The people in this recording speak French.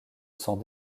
sent